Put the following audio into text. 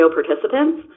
participants